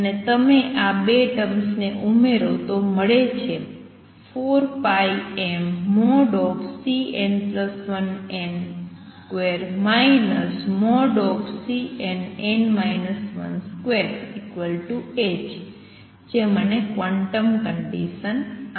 અને તમે આ બે ટર્મ્સ ને ઉમેરો તો મળે છે 4πm|Cn1n |2 |Cnn 1 |2h જે મને ક્વોન્ટમ કંડિસન આપે છે